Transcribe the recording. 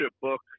book